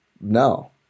No